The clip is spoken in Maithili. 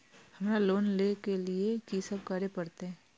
हमरा लोन ले के लिए की सब करे परते?